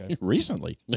Recently